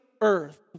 earth